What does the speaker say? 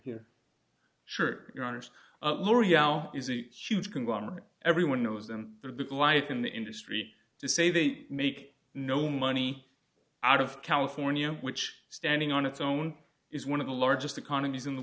here sure your honour's l'oreal is a huge conglomerate everyone knows them the big lies in the industry to say they make no money out of california which standing on its own is one of the largest economies in the